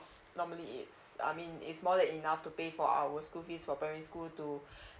normally is I mean it's more than enough to pay for our school fees for primary school to